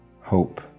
hope